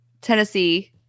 Tennessee